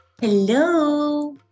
Hello